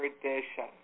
tradition